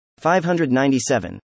597